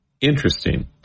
Interesting